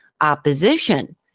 opposition